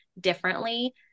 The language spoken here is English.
differently